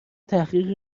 تحقیقی